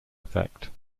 effect